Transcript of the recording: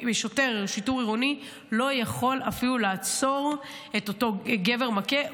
שוטר שיטור עירוני לא יכול אפילו לעצור את אותו גבר מכה.